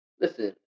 Listen